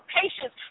patience